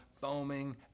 foaming